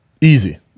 easy